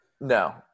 No